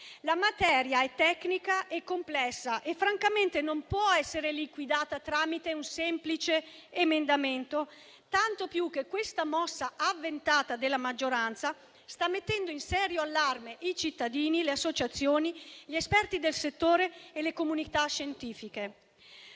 La materia è tecnica e complessa e francamente non può essere liquidata tramite un semplice emendamento, tanto più che questa mossa avventata della maggioranza sta mettendo in serio allarme i cittadini, le associazioni, gli esperti del settore e le comunità scientifiche.